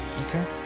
Okay